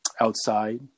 outside